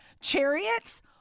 chariots